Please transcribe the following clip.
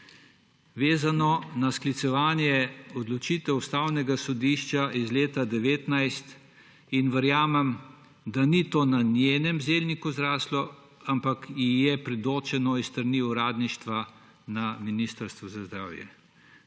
vezano na sklicevanje odločitev Ustavnega sodišča iz leta 2019. Verjamem, da to ni na njenem zelniku zraslo, ampak ji je bilo predočeno s strani uradništva na Ministrstvu za zdravje.